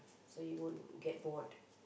so you won't get bored